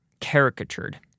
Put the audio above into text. caricatured